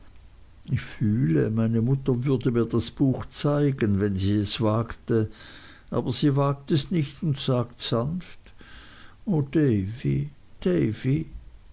ich fühle meine mutter würde mir das buch zeigen wenn sie es wagte aber sie wagt es nicht und sagt sanft o davy